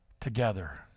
Together